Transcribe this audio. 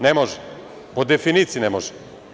Ne može, po definiciji ne može.